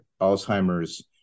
Alzheimer's